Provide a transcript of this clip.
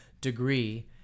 degree